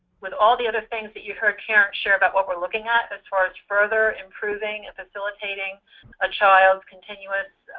with all of the other things that you've heard karen share about what we're looking at as far as further improving and facilitating a child's continuous